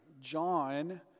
John